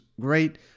great